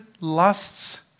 lusts